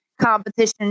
competition